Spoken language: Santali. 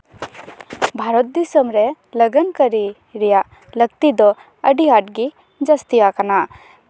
ᱵᱷᱟᱨᱚᱛ ᱫᱤᱥᱚᱢ ᱨᱮ ᱞᱟᱜᱟᱱ ᱠᱟᱹᱨᱤ ᱨᱮᱭᱟᱜ ᱞᱟᱹᱠᱛᱤ ᱫᱚ ᱟᱹᱰᱚ ᱟᱸᱴᱜᱮ ᱡᱟᱹᱥᱛᱤ ᱟᱠᱟᱱᱟ